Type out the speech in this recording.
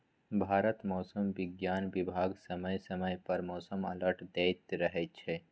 भारतक मौसम बिज्ञान बिभाग समय समय पर मौसम अलर्ट दैत रहै छै